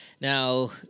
Now